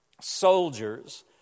Soldiers